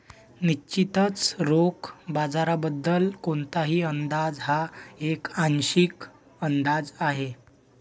निश्चितच रोखे बाजाराबद्दल कोणताही अंदाज हा एक आंशिक अंदाज आहे